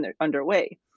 underway